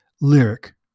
lyric